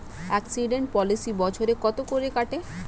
Accident policy বছরে কত করে কাটে?